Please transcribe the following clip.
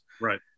right